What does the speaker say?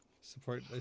support